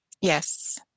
Yes